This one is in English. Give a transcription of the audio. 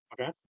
okay